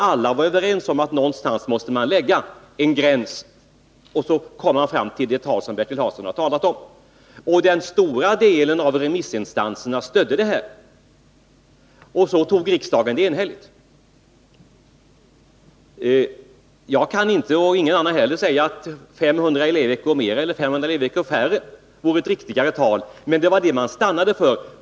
Alla var överens om att man måste sätta en gräns någonstans, och man kom fram till den som Bertil Hansson talat om. Majoriteten av remissinstanserna stödde detta förslag, och riksdagen antog det enhälligt. Varken jag eller någon annan kan säga att 500 elevveckor mer eller mindre vore en riktigare avvägning, men det var detta förslag man stannade för.